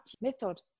method